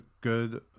good